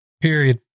Period